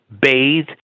bathe